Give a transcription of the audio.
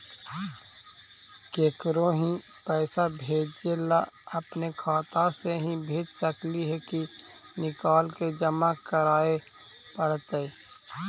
केकरो ही पैसा भेजे ल अपने खाता से ही भेज सकली हे की निकाल के जमा कराए पड़तइ?